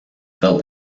felt